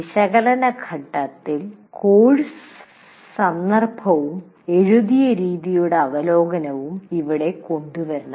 വിശകലന ഘട്ടത്തിൽ കോഴ്സ് സന്ദർഭവും എഴുതിയ രീതിയുടെ അവലോകനവും ഇവിടെ കൊണ്ടുവരണം